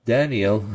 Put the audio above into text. Daniel